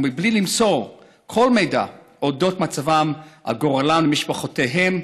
ומבלי למסור כל מידע על מצבם ועל גורלם למשפחותיהם,